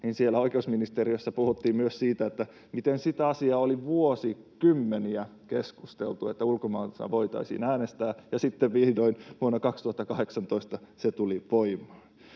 oikeusministeriössä puhuttiin myös siitä, miten siitä asiasta oli vuosikymmeniä keskusteltu, että ulkomailta voitaisiin äänestää, ja sitten vihdoin vuonna 2018 se tuli voimaan.